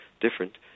different